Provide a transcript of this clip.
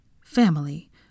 family